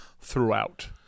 throughout